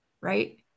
right